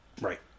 Right